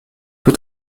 peu